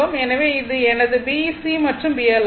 எனவே இது எனது BC மற்றும் BL ஆகும்